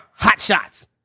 Hotshots